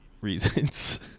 reasons